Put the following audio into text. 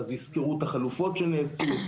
אז יסקרו את החלופות שנעשו,